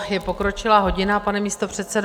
Je pokročilá hodina, pane místopředsedo.